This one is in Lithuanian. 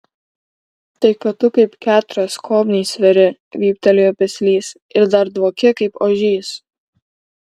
tai kad tu kaip keturios skobnys sveri vyptelėjo peslys ir dar dvoki kaip ožys